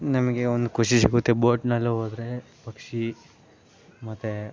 ನಮಗೆ ಒಂದು ಖುಷಿ ಸಿಗುತ್ತೆ ಬೋಟಿನಲ್ಲಿ ಹೋದ್ರೆ ಪಕ್ಷಿ ಮತ್ತು